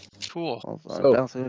Cool